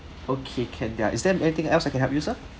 okay can ya is there anything else I can help you sir